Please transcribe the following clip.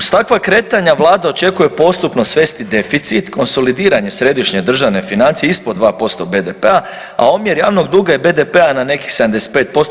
Uz takva kretanja vlada očekuje postupno svesti deficit, konsolidiranje središnje državne financije ispod 2% BDP-a, a omjer javnog duga i BDP-a na nekih 75%